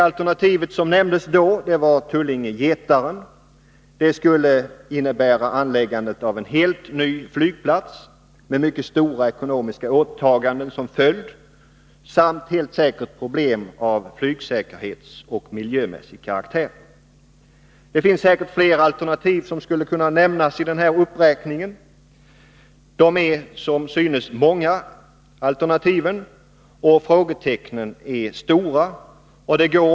Utflyttning till Tullinge/Getaren. Det skulle innebära att en helt ny flygplats måste anläggas, med mycket stora ekonomiska åtaganden som följd samt helt säkert problem av flygsäkerhetsmässig och miljömässig karaktär. Säkert finns det fler alternativ att räkna upp. Alternativen är alltså många till antalet, och frågetecknen är stora.